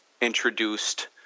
introduced